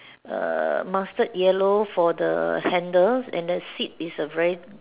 err mustard yellow for the handles and the seat is a very